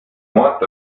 want